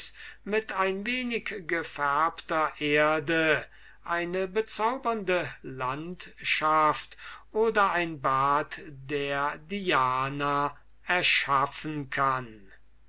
mit ein wenig gefärbter erde eine bezaubernde landschaft oder ein bad der diana erschaffen kann